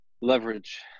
Leverage